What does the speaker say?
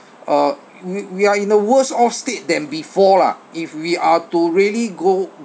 uh we we are in the worse off state than before lah if we are to really go